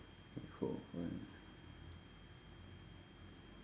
three four five